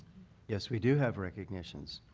yes, we do have recognitions.